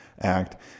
act